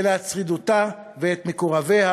אלא את שרידותה ואת מקורביה,